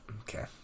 Okay